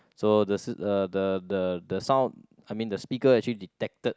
so the sy~ the the the the sound I mean the speaker actually detected